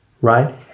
right